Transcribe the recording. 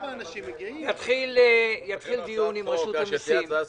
יתחיל דיון עם רשות המסים.